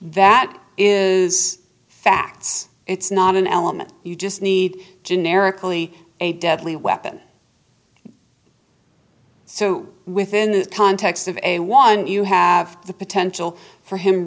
that is facts it's not an element you just need generically a deadly weapon so within the context of a one you have the potential for him